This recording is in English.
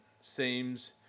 seems